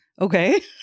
okay